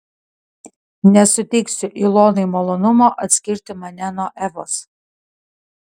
nesuteiksiu ilonai malonumo atskirti mane nuo evos